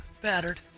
battered